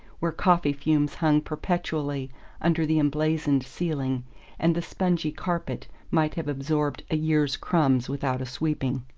where coffee-fumes hung perpetually under the emblazoned ceiling and the spongy carpet might have absorbed a year's crumbs without a sweeping.